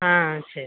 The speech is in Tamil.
ஆ சரி